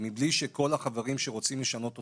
כשכל החברים שרוצים לשנות אותה,